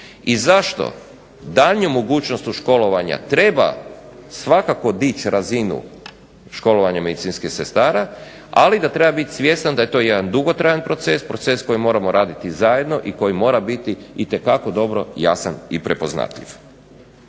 i zašto daljnja mogućnost u školovanja treba svakako dići razinu školovanja medicinskih sestara, ali da treba biti svjestan da je to jedan dugotrajan proces, proces koji moramo raditi zajedno i koji mora biti itekako dobro jasan i prepoznatljiv.